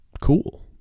cool